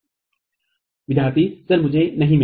Student Sir I did not get it विद्यार्थी sir मुझे नहीं मिला